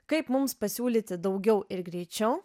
kaip mums pasiūlyti daugiau ir greičiau